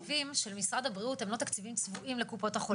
רוב ה התקציבים של משרד הבריאות הם לא תקציבים צבועים לקופות החולים.